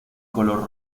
color